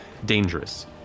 Dangerous